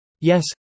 Yes